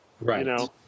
Right